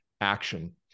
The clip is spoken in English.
action